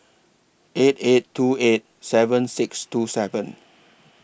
eight eight two eight seven six two seven